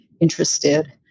interested